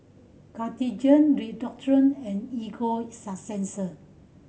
Cartigain Redoxon and Ego Sunsense